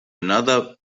another